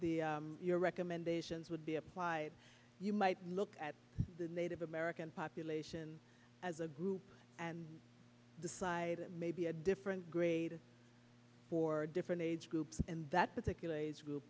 your recommendations would be applied you might look at the native american population as a group and decide that maybe a different grade for different age groups in that particular age group